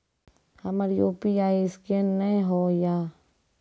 हमर UPI scan नेय हो या?